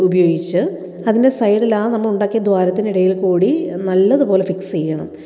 ഉപയോഗിച്ച് അതിന്റെ സൈഡിലാ ആ നമ്മള് ഉണ്ടാക്കിയ ദ്വാരത്തിനിടയില് കൂടി നല്ലതുപോലെ ഫിക്സ് ചെയ്യണം